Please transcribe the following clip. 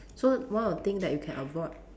so one of the thing that you can avoid